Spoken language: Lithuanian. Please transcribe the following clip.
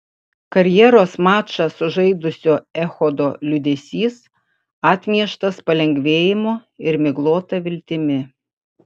karjeros mačą sužaidusio echodo liūdesys atmieštas palengvėjimu ir miglota viltimi